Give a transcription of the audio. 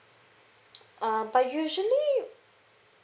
uh but usually